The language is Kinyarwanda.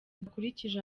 budakurikije